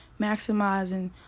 maximizing